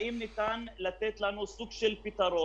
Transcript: האם אפשר לתת לנו סוג של פתרון,